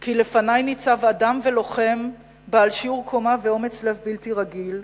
כי לפני ניצב אדם ולוחם בעל שיעור קומה ואומץ לב בלתי רגיל,